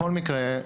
בכל מקרה,